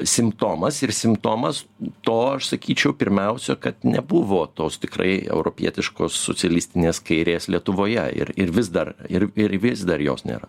simptomas ir simptomas to aš sakyčiau pirmiausia kad nebuvo tos tikrai europietiškos socialistinės kairės lietuvoje ir ir vis dar ir ir vis dar jos nėra